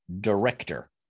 director